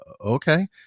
okay